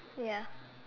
ya